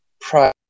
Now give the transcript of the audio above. price